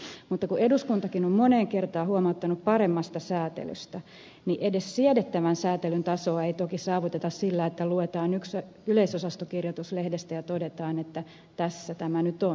mutta kun eduskuntakin on moneen kertaan huomauttanut paremmasta säätelystä niin edes siedettävän säätelyn tasoa ei toki saavuteta sillä että luetaan yksi yleisönosastokirjoitus lehdestä ja todetaan että tässä tämä nyt on